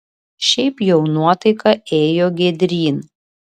šiaip jau nuotaika ėjo giedryn